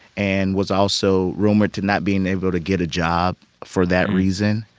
and was also rumored to not being able to get a job for that reason.